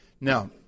Now